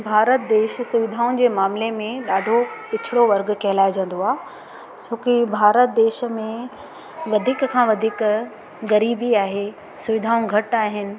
भारत देश सुविधाउनि जे मामिले में ॾाढो पछिड़ो वर्ग कहलाइजंदो आ छो की भारत देश में वधीक खां वधीक ग़रीबी आहे सुविधाऊं घटि आहिनि